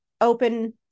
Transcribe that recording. open